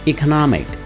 Economic